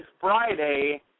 Friday